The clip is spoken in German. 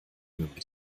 mit